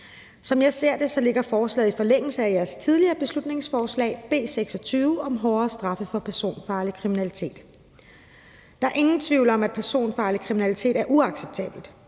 Som jeg ser det, ligger forslaget i forlængelse af et af jeres tidligere beslutningsforslag, B 26 om hårdere straffe for personfarlig kriminalitet. Der er ingen tvivl om, at personfarlig kriminalitet er uacceptabelt.